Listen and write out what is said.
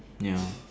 ya